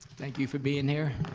thank you for being here.